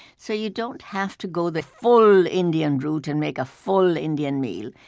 so you don't have to go the full indian route and make a full indian meal.